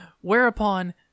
Whereupon